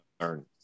learn